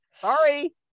sorry